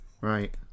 Right